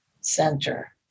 center